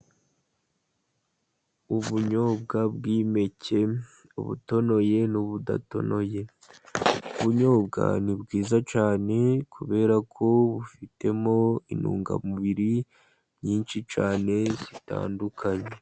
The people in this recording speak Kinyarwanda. Ubunyobwa bw'impeke, ubutonoye n'ubudatonoye. Ubunyobwa ni bwiza cyane, kubera ko bufitemo intungamubiri nyinshi cyane zitandukanye.